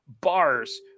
bars